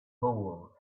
hole